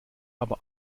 aber